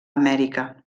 amèrica